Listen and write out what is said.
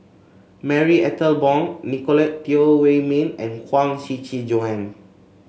Marie Ethel Bong Nicolette Teo Wei Min and Huang Shiqi Joan